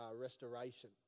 restoration